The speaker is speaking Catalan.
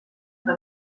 que